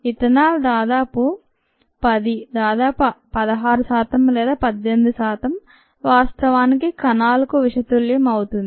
ethanol దాదాపు 10 దాదాపు 16 శాతం లేదా 18 శాతం వాస్తవానికి కణాలకు విషతుల్యం అవుతుంది